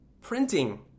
Printing